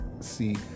See